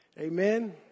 Amen